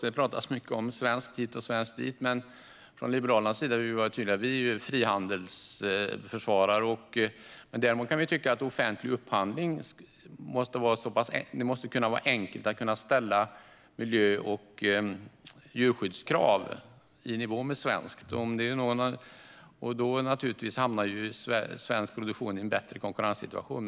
Det pratas mycket om svenskt hit och svenskt dit, men från Liberalernas sida har vi varit tydliga: Vi är frihandelsförsvarare. Däremot kan vi tycka att det måste vara enkelt att ställa miljö och djurskyddskrav i nivå med de svenska vid offentlig upphandling, och då hamnar naturligtvis svensk produktion i en bättre konkurrenssituation.